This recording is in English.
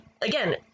again